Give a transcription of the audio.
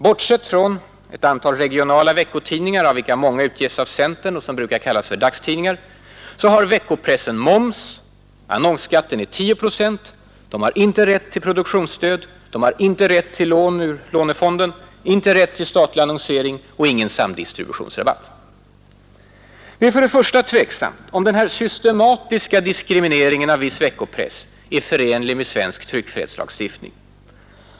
Bortsett från ett antal regionala veckotidningar, av vilka många utges av centern och som brukar kallas för dagstidningar, så har veckopressen moms, annonsskatten är 10 procent, de har inte rätt till produktionsstöd, inte rätt till lån ur lånefonden, inte rätt till statlig annonsering och ingen samdistributionsrabatt. Det är för det första tveksamt om denna systematiska diskriminering av viss veckopress är förenlig med svensk tryckfrihetslagstiftning.